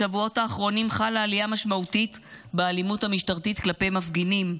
בשבועות האחרונים חלה עלייה משמעותית באלימות המשטרתית כלפי מפגינים,